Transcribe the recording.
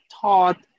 taught